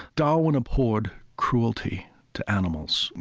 darwin abhorred cruelty to animals.